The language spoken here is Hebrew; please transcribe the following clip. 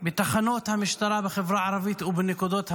בתחנות המשטרה בחברה הערבית ובנקודות המשטרה,